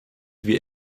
wie